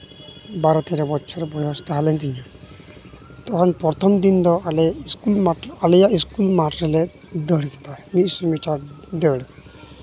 ᱵᱟᱨᱚ ᱛᱮᱨᱚ ᱵᱚᱪᱷᱚᱨ ᱵᱚᱭᱚᱥ ᱛᱟᱦᱮ ᱞᱮᱱ ᱛᱤᱧᱟ ᱡᱮᱢᱚᱱ ᱯᱨᱚᱛᱷᱚᱢ ᱫᱤᱱ ᱫᱚ ᱤᱥᱠᱩᱞ ᱢᱟᱴᱷ ᱟᱞᱮᱭᱟᱜ ᱤᱥᱠᱩᱞ ᱢᱟᱴᱷ ᱨᱮ ᱫᱟᱹᱲ ᱫᱟᱭ ᱢᱤᱫᱥᱚ ᱢᱤᱴᱟᱨ ᱫᱟᱹᱲ